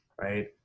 right